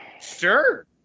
Sure